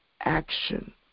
action